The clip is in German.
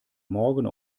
morgen